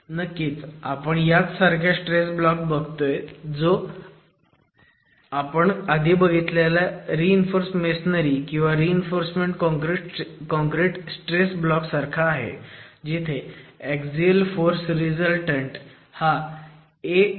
नक्कीच आपण याच सारखा स्ट्रेस ब्लॉक बघतोय जो आपण आधी बघितलेल्या रीइन्फोर्स मेसोनारी किंवा रीइन्फोर्स काँक्रिट स्ट्रेस ब्लॉक सारखा आहे जिथे ऍक्सिअल फोर्स रिझल्टंट हा 0